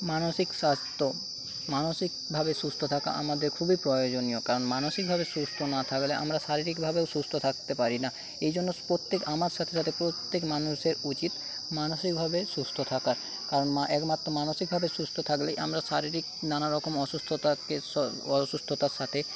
মানসিক স্বাস্থ্য মানসিকভাবে সুস্থ থাকা আমাদের খুবই প্রয়োজনীয় কারণ মানসিকভাবে সুস্থ না থাকলে আমরা শারীরিকভাবেও সুস্থ থাকতে পারি না এইজন্য প্রত্যেক আমার সাথে সাথে প্রত্যেক মানুষের উচিৎ মানসিকভাবে সুস্থ থাকার কারণ একমাত্র মানসিকভাবে সুস্থ থাকলেই আমরা শারীরিক নানারকম অসুস্থতাকে অসুস্থতার সাথে